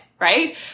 right